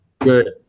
Good